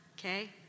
Okay